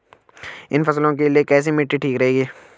इन फसलों के लिए कैसी मिट्टी ठीक रहेगी?